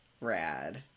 rad